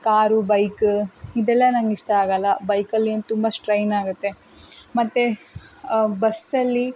car bike ಇದೆಲ್ಲ ನಂಗೆ ಇಷ್ಟ ಆಗಲ್ಲ ಬೈಕಲ್ಲಿ ಏನು ತುಂಬ ಸ್ಟ್ರೈನಾಗುತ್ತೆ ಮತ್ತು ಬಸ್ಸಲ್ಲಿ